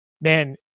man